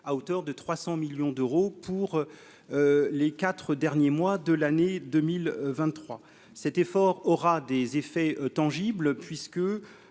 à hauteur de 300 millions d'euros pour les 4 derniers mois de l'année 2023 cet effort aura des effets tangibles puisque